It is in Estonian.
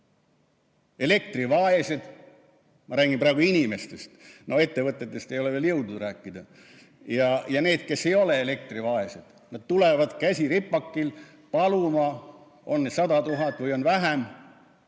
elektrivaesed – ma räägin praegu inimestest, ettevõtetest ei ole veel jõudnud rääkida – ja need, kes ei ole elektrivaesed. Nad tulevad, käsi ripakil, paluma, on neid 100 000 või on vähem,